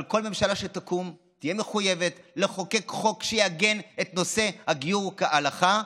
אבל כל ממשלה שתקום תהיה מחויבת לחוקק חוק שיעגן את נושא הגיור כהלכה,